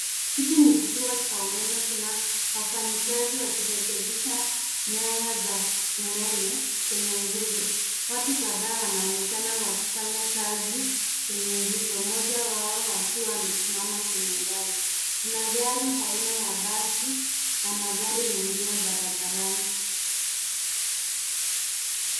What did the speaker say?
Hiki ni kituo cha umeme kuna wafanyi kazi wakirekebisha nyanya za umeme kwenye nguzo. Watu kadhaa wanaonekana wakifanya kazi kwenye nguzo mmoja wao akiwa amesimama kwenye ngazi, kuna gari aina ya basi na magari mengine barabarani.